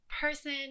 person